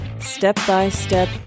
step-by-step